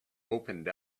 opened